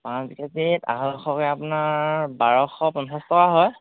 পাঁচ কেজিত আঢ়ৈশকৈ আপোনাৰ বাৰশ পঞ্চাছ টকা হয়